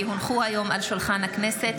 כי הונחו היום על שולחן הכנסת,